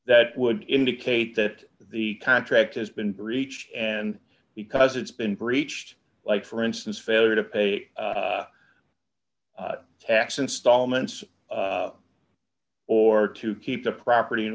that would indicate that the contract has been breached and because it's been breached like for instance failure to pay tax installments or to keep the property in